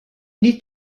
need